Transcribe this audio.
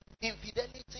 Infidelity